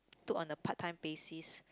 took on a part time basis